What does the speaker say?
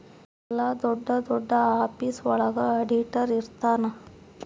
ಎಲ್ಲ ದೊಡ್ಡ ದೊಡ್ಡ ಆಫೀಸ್ ಒಳಗ ಆಡಿಟರ್ ಇರ್ತನ